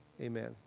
Amen